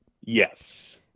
Yes